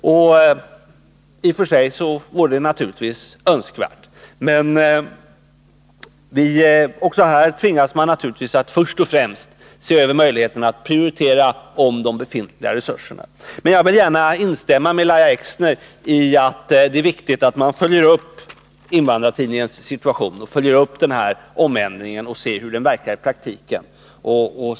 I och för sig vore det naturligtvis önskvärt, men också här tvingas vi att först och främst se över möjligheterna att prioritera om de befintliga resurserna. Jag vill gärna instämma med Lahja Exner i att det är viktigt att man följer upp Invandrartidningens situation och omändringen och ser hur den verkar i praktiken.